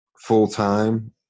full-time